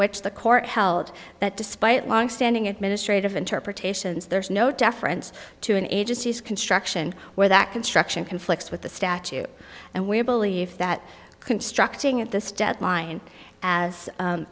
which the court held that despite longstanding administrative interpretations there is no deference to an agency's construction where that construction conflicts with the statute and we believe that constructing at this